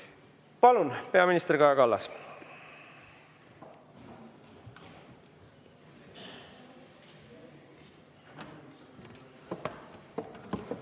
Palun, peaminister Kaja Kallas!